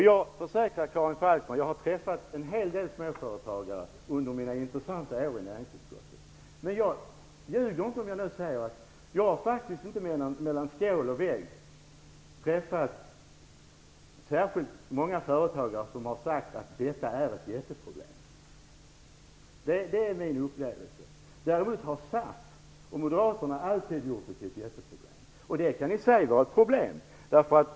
Jag försäkrar Karin Falkmer att jag har träffat en hel del småföretagare under mina intressanta år i näringsutskottet. Men jag ljuger inte om jag nu säger att jag faktiskt inte mellan skål och vägg har träffat särskilt många företagare som har sagt att detta är ett jätteproblem. Det är min upplevelse. Däremot har SAF och Moderaterna alltid gjort det till ett jätteproblem. Det kan i sig vara ett problem.